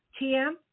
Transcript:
TM